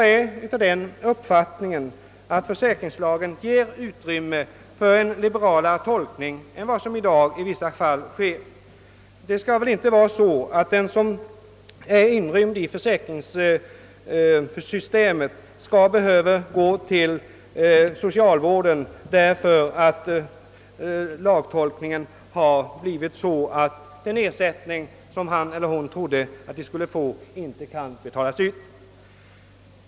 Enligt min mening ger försäkringslagen utrymme för en liberalare tolkning än vad som i dag många gånger är fallet. Det skall inte vara så att den som är inrymd i försäkringssystemet skall behöva gå till socialvården därför att försäkringslagen tolkas på det sättet att den ersättning vederbörande trodde att han eller hon skulle få inte kan betalas ut.